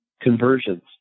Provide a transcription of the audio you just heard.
conversions